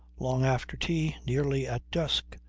long after tea, nearly at dusk,